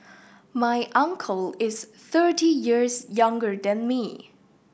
my uncle is thirty years younger than me